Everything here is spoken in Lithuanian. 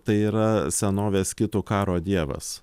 tai yra senovės skitų karo dievas